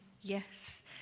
Yes